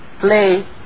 play